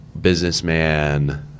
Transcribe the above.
businessman